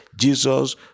Jesus